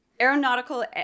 aeronautical